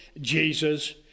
Jesus